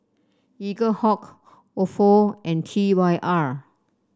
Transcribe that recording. Eaglehawk Ofo and T Y R